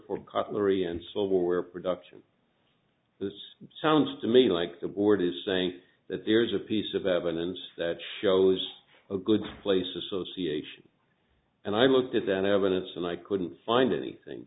silverware production this sounds to me like the board is saying that there's a piece of evidence that shows a good place association and i looked at that evidence and i couldn't find anything